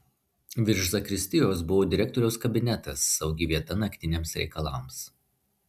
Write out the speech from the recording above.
virš zakristijos buvo direktoriaus kabinetas saugi vieta naktiniams reikalams